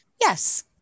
Yes